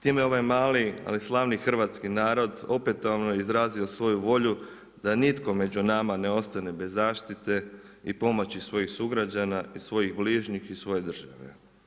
Time ovaj mali ali slavni hrvatski narod opetovano izrazio svoju volju da nitko među nama ne ostane bez zaštite i pomoći svojih sugrađana i svojih bližnjih i svoje države.